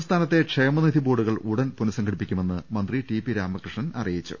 സംസ്ഥാനത്തെ ക്ഷേമനിധി ബോർഡുകൾ ഉടൻ പുനഃസംഘ ടിപ്പിക്കുമെന്ന് മന്ത്രി ടി പി രാമകൃഷ്ണൻ അറിയിച്ചു